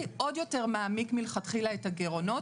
עוד יותר מעמיק מלכתחילה את הגירעונות.